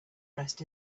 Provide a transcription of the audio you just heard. dressed